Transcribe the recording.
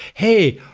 hey,